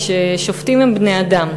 זה ששופטים הם בני-אדם,